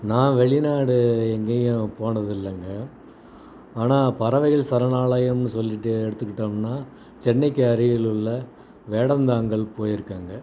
நான் வெளிநாடு எங்கேயும் போனது இல்லைங்க ஆனால் பறவைகள் சரணாலயம்னு சொல்லிட்டு எடுத்துக்கிட்டோம்னா சென்னைக்கு அருகில் உள்ள வேடந்தாங்கல் போயிருக்கேங்க